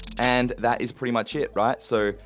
and that is pretty much it, right. so,